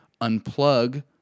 unplug